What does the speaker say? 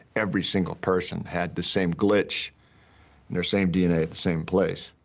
every single person had the same glitch in their same d n a. at the same place.